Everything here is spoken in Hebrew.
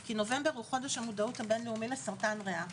כי נובמבר הוא חודש המודעות הבין-לאומי לסרטן ריאה,